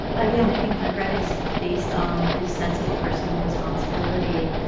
again, i think regret is based on this sense of personal responsibility.